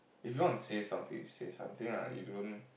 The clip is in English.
if you want to say something you say something ah you don't